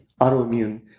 autoimmune